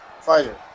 fighter